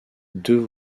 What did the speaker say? deux